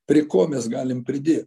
prie ko mes galim pridėt